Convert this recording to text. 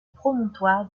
promontoire